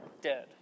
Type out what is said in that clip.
dead